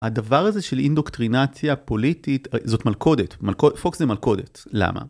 הדבר הזה של אינדוקטרינציה פוליטית זאת מלכודת, פוקס זה מלכודת, למה?